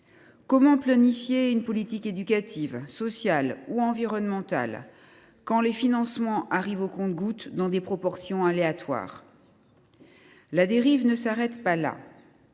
Comment planifier une politique éducative, sociale ou environnementale, quand les financements arrivent au compte goutte, dans des proportions aléatoires ? La dérive ne s’arrête pas là.